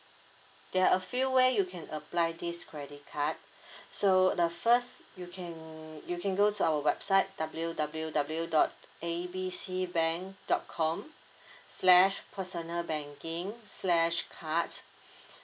there are a few way you can apply this credit card so the first you can you can go to our website W_W_W dot A B C bank dot com slash personal banking slash cards